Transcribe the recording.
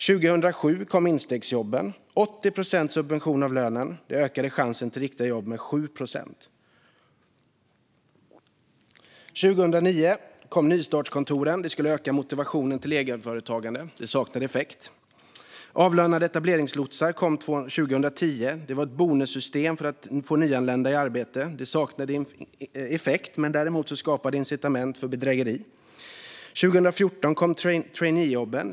År 2007 kom instegsjobben som innebar 80 procents subvention av lönen. Det ökade chanserna till riktiga jobb med 7 procent. År 2009 kom nystartskontoren som skulle öka motivationen till egenföretagande. De fick ingen effekt. År 2010 kom avlönade etableringslotsar. Det var ett bonussystem för att få nyanlända i arbete. De fick ingen effekt. Däremot skapade de incitament för bedrägerier. År 2014 kom traineejobben.